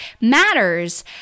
matters